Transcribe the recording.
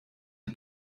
die